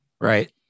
Right